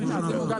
גל,